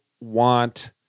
want